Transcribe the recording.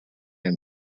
and